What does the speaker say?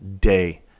day